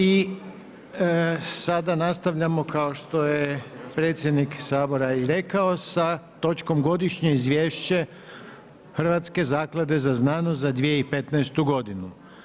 I sada nastavljamo kao što je predsjednik Sabora i rekao sa točkom: - Godišnje izvješće Hrvatske zaklade za znanost za 2015. godinu.